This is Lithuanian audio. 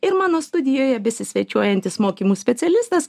ir mano studijoje besisvečiuojantis mokymų specialistas